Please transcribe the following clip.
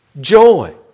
joy